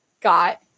got